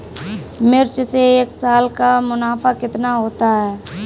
मिर्च से एक साल का मुनाफा कितना होता है?